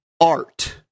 art